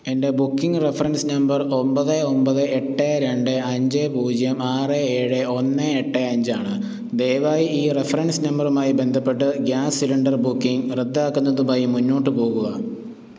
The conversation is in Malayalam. എൻ്റെ ബുക്കിംഗ് റെഫറൻസ് നമ്പർ ഒൻപത് ഒൻപത് എട്ട് രണ്ട് അഞ്ച് പൂജ്യം ആറ് ഏഴ് ഒന്ന് എട്ട് അഞ്ച് ആണ് ദയവായി ഈ റെഫറൻസ് നമ്പറുമായി ബന്ധപ്പെട്ട് ഗ്യാസ് സിലിണ്ടർ ബുക്കിംഗ് റദ്ദാക്കുന്നതുമായി മുന്നോട്ട് പോകുക